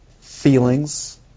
feelings